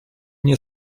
nie